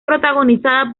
protagonizada